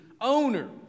owner